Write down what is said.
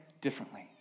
differently